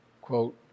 Quote